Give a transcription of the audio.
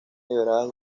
liberadas